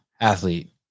athlete